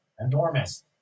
Enormous